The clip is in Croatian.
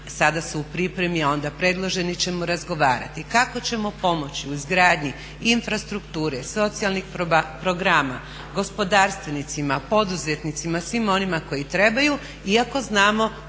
Sada su u pripremi a onda predloženi ćemo razgovarati kako ćemo pomoći u izgradnji infrastrukture, socijalnih programa, gospodarstvenicima, poduzetnicima, svima onima koji trebaju iako znamo